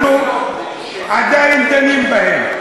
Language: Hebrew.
אנחנו עדיין דנים בהם.